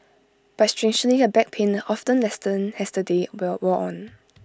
but strangely her back pain often lessened as the day will wore on